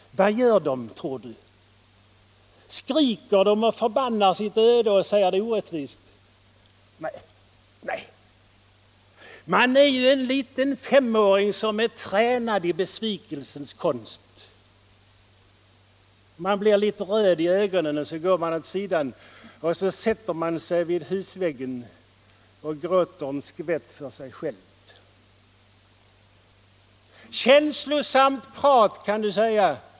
Vad gör de, tror du? Skriker de och förbannar sitt öde och säger att det är orättvist? Nej! Man är ju en liten femåring som är tränad i besvikelsens konst. Man blir röd i ögona, går åt sidan och så sätter man sig ned vid husväggen och gråter en skvätt för sig själv. Känslosamt prat kan du säga.